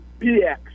BX